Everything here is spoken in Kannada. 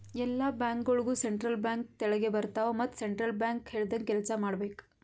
ಎಲ್ಲಾ ಬ್ಯಾಂಕ್ಗೋಳು ಸೆಂಟ್ರಲ್ ಬ್ಯಾಂಕ್ ತೆಳಗೆ ಬರ್ತಾವ ಮತ್ ಸೆಂಟ್ರಲ್ ಬ್ಯಾಂಕ್ ಹೇಳ್ದಂಗೆ ಕೆಲ್ಸಾ ಮಾಡ್ಬೇಕ್